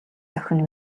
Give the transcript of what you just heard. зохино